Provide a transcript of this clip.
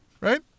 right